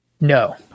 No